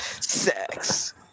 sex